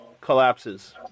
collapses